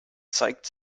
zeigt